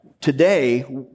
today